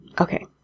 Okay